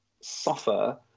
suffer